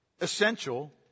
essential